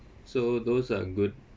so those are good